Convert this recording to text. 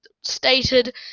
stated